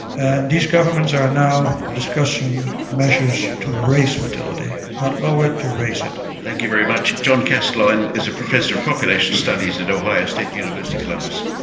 and these governments are now discussing measures to raise fertility, not lower it, to raise it. thank you very much. john casterline is a professor of population studies at ohio state university, columbus.